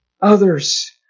Others